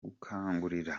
gukangurira